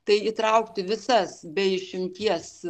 tai įtraukti visas be išimties